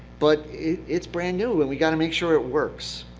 but it's brand-new, and we've got to make sure it works.